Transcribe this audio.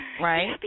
Right